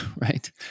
right